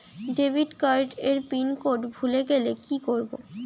Debit card এর pin code ভুলে গেলে কি করব?